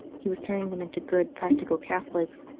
he was turning them into good practical catholics,